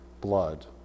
blood